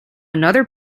another